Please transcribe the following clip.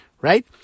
Right